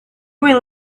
will